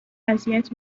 اذیت